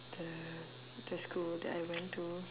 the the school that I went to